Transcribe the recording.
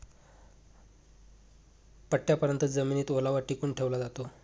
पट्टयापर्यत जमिनीत ओलावा टिकवून ठेवला जातो